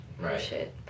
Right